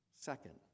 Second